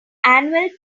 annual